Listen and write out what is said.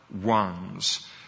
ones